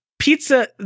pizza